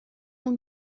اون